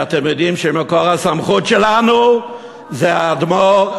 אתם יודעים שמקור הסמכות שלנו זה האדמו"ר,